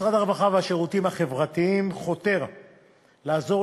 משרד הרווחה והשירותים החברתיים חותר לעזור